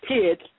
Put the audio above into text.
kids